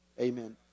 amen